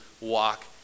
walk